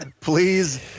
Please